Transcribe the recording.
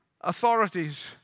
authorities